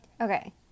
Okay